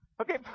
Okay